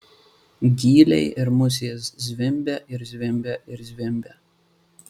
gyliai ir musės zvimbia ir zvimbia ir zvimbia